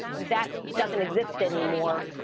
that doesn't exist anymore.